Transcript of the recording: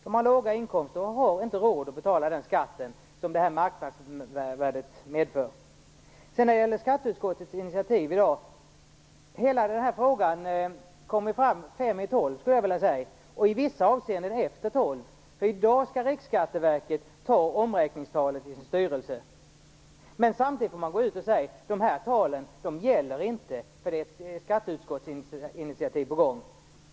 De har låga inkomster och har inte råd att betala den skatt som marknadsvärdet medför. När det gäller det initiativ skatteutskottet har tagit i dag kom hela den här frågan fram fem i tolv - och i vissa avseenden efter tolv. I dag skall Riksskatteverket i sin styrelse fatta beslut om omräkningstalet. Men samtidigt får man gå ut och säga: Dessa tal gäller inte, eftersom det är ett skatteutskottsinitiativ på gång.